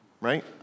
Right